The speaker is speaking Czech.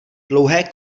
dlouhé